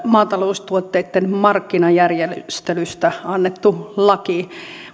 maataloustuotteitten markkinajärjestelystä annettu laki